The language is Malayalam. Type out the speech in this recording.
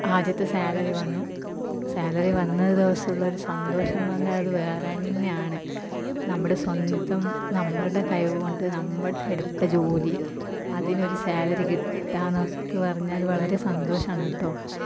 ആദ്യത്തെ സാലറി വന്നു സാലറി വന്ന ദിവസമുള്ളൊരു സന്തോഷം എന്ന് പറഞ്ഞാൽ അത് വേറെ തന്നെയാണ് നമ്മുടെ സ്വന്തം നമ്മുടെ കഴിവ് കൊണ്ട് നമ്മൾ എടുത്ത ജോലി അതിനൊരു സാലറി കിട്ടുക എന്നൊക്കെ പറഞ്ഞാൽ വളരെ സന്തോഷമാണ് കേട്ടോ